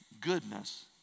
goodness